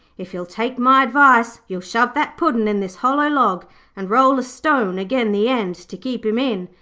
if you'll take my advice, you'll shove that puddin' in this hollow log and roll a stone agen the end to keep him in,